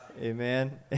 amen